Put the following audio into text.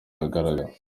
ahagaragara